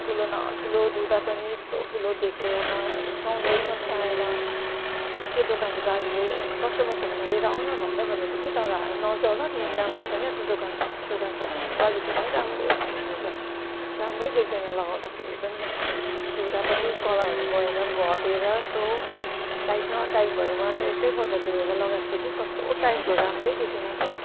ठुलो न ठुलो धुँदा पनि एत्रो ठुलो देखेर न सुहाउँदै नसुहाएर त्यो दोकानको दाजुले कस्टमर छ भने लिएर आउ न भन्दै भन्दैथ्यो कि तर नजाउ ल तिमी राम्रो छैन त्यो दोकानको त्यो दोकानको क्वालिटी नै राम्रो छैन रहेछ राम्रै देख्दैन लगाउँदाखेरि पनि धुँदा पनि कलरहरू गएर घटेर यत्रो टाइट न टाइट भयो मलाई त एकैपल्ट धुएर लगाएको थिएँ कि कस्तो टाइट भयो राम्रै देखेन कि